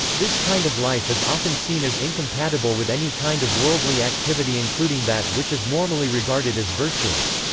this kind of life is often seen as incompatible with any kind of worldly activity including that which is normally regarded as virtuous.